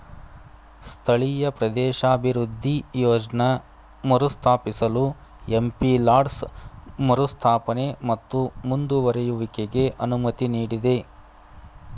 ಸ್ಥಳೀಯ ಪ್ರದೇಶಾಭಿವೃದ್ಧಿ ಯೋಜ್ನ ಮರುಸ್ಥಾಪಿಸಲು ಎಂ.ಪಿ ಲಾಡ್ಸ್ ಮರುಸ್ಥಾಪನೆ ಮತ್ತು ಮುಂದುವರೆಯುವಿಕೆಗೆ ಅನುಮತಿ ನೀಡಿದೆ